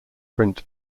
print